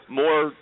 more